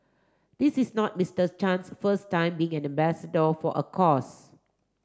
this is not Mister Chan's first time being an ambassador for a cause